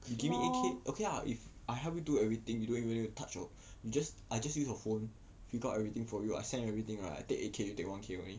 you give me eight K okay lah if I help you do everything you don't even need to touch your you just I just use your phone pick up everything for you I scan everything right I take eight K you take one K only